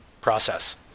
process